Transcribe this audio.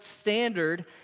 standard